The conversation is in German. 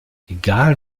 egal